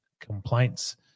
complaints